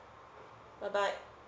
bye bye